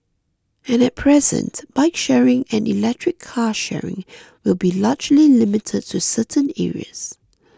and at present bike sharing and electric car sharing will be largely limited to certain areas